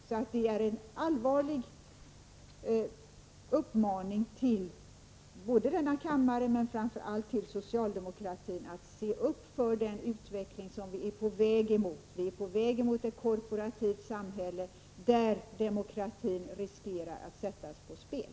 Jag vill rikta en allvarlig uppmaning till denna kammare och framför allt till socialdemokraterna att se upp för den utveckling som vi är på väg mot. Vi är på väg mot ett korporativt samhälle där demokratin riskerar att sättas på spel.